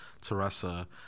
Teresa